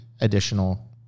additional